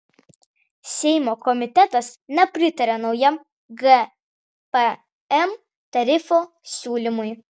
seimo komitetas nepritarė naujam gpm tarifo siūlymui